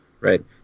right